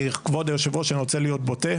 כבוד יושב הראש, אני רוצה להיות בוטה.